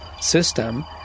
system